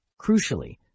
Crucially